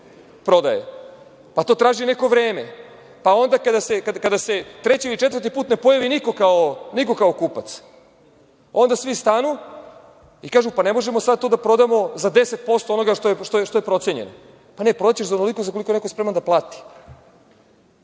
prodaje. To traži neko vreme. Onda kada se treći ili četvrti put ne pojavi niko kao kupac, onda svi stanu i kažu – ne možemo sada to da prodamo za 10% onoga što je procenjeno. Prodaćeš za onoliko koliko je neko spreman da plati.